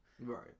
Right